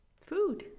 Food